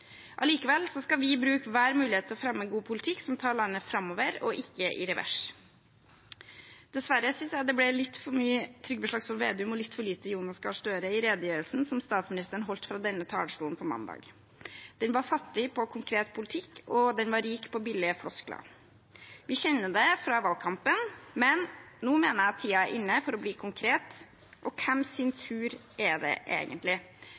skal vi bruke hver mulighet til å fremme en god politikk som tar landet framover og ikke i revers. Dessverre synes jeg det ble litt for mye Trygve Slagsvold Vedum og litt for lite Jonas Gahr Støre i redegjørelsen som statsråden holdt fra denne talerstolen på mandag. Den var fattig på konkret politikk, og den var rik på billige floskler. Vi kjenner det fra valgkampen, men nå mener jeg at tiden er inne for å bli konkret. Og hvem sin tur er det egentlig?